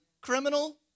criminal